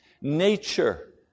nature